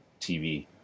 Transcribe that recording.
TV